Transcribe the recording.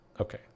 Okay